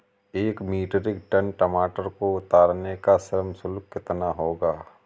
एक metric ton टमाटर को उतारने का श्रम शुल्क कितना होगा?